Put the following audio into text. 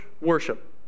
worship